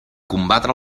combatre